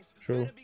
True